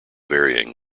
varying